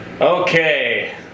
Okay